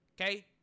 okay